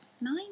Nine